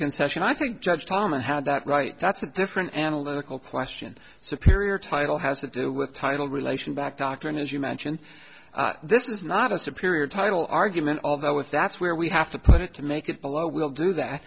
concession i think judge tom had that right that's a different analytical question superior title has to do with title relation back doctrine as you mention this is not a superior title argument although if that's where we have to put it to make it below will do that